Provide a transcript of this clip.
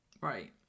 Right